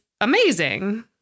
amazing